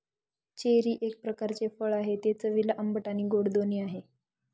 cherry एक प्रकारचे फळ आहे, ते चवीला आंबट आणि गोड दोन्ही आहे